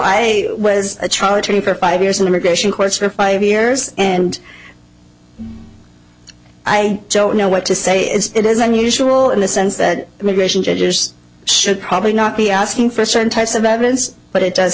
attorney for five years in immigration courts for five years and i don't know what to say is it is unusual in the sense that immigration judges should probably not be asking for certain types of evidence but it does